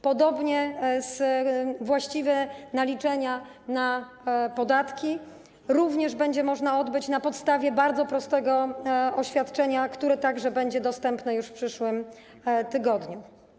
Podobnie właściwe naliczenia na podatki - również będzie mogło to odbyć się na podstawie bardzo prostego oświadczenia, które także będzie dostępne już w przyszłym tygodniu.